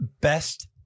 best